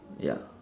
ya